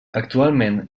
actualment